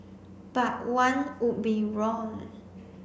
but one would be wrong